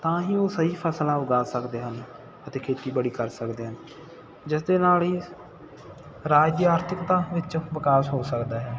ਤਾਂ ਹੀ ਉਹ ਸਹੀ ਫਸਲਾਂ ਉਗਾ ਸਕਦੇ ਹਨ ਅਤੇ ਖੇਤੀਬਾੜੀ ਕਰ ਸਕਦੇ ਹਨ ਜਿਸ ਦੇ ਨਾਲ ਹੀ ਰਾਜ ਦੀ ਆਰਥਿਕਤਾ ਵਿੱਚ ਵਿਕਾਸ ਹੋ ਸਕਦਾ ਹੈ